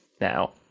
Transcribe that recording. now